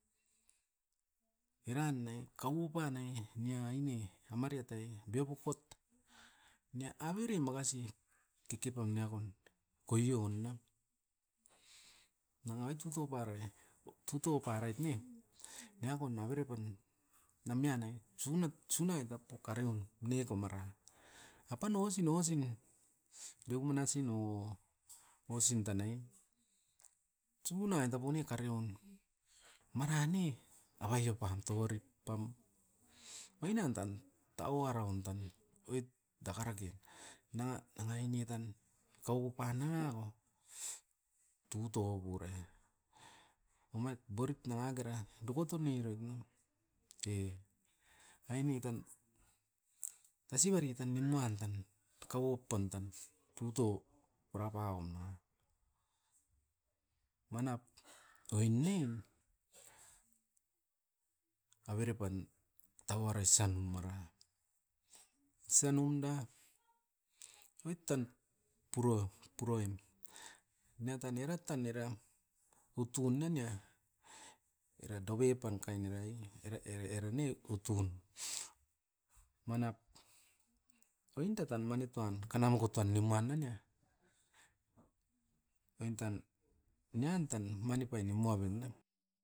Eran ai kau oupa nai nia ine amariat ai biokopot nia, avere makasi kekepam niakon koion nam. Nanga oit tuto parait, tutou parait ne niakon avere pan namian nai sunat, sunai tapo karium neko maran. Apan ouasin ouasin dueu manasi no, osin tanai tsubu nai tapun ne kariun, maran ne avai oupam touarip pam. Oinan tan tauaraun tan oit daka rake nanga, nanga aine tan kauopan nangako tutou burei. Omait borit nanga kera doko toni roit ne, e aine tan dasivari tan nimuan tan daka oupan tan tutou purapaum nanga. Manap oin ne avere pan tauara san umara, san umda oit tan purom puroim niatan oirat tan era utun nania. Era dovepan kain erai, era-era-era ne utun, manap oinda tan mani tuan kana moko tuan nimuan nan nia, oin tan. Nian tan manip pai nimu aven da.